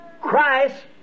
Christ